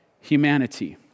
humanity